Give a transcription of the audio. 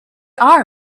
are